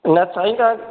न साईं तव्हां